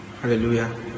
Hallelujah